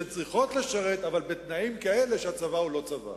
שהן צריכות לשרת אבל בתנאים כאלה שהצבא הוא לא צבא.